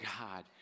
God